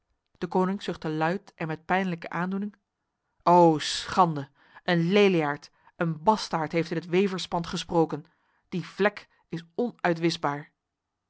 deconinck zuchtte luid en met pijnlijke aandoening o schande een leliaard een bastaard heeft in het weverspand gesproken die vlek is